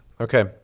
Okay